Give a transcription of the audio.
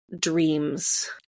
dreams